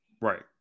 Right